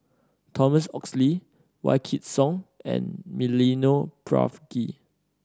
Thomas Oxley Wykidd Song and Milenko Prvacki